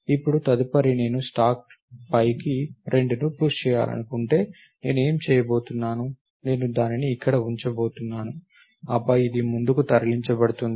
ఇప్పుడు తదుపరి నేను స్టాక్పైకి 2ని పుష్ చేయాలనుకుంటే నేను ఏమి చేయబోతున్నాను నేను దానిని ఇక్కడ ఉంచబోతున్నాను ఆపై ఇది ముందుకు తరలించబడుతుంది